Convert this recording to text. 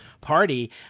party